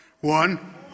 One